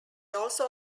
also